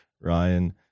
Ryan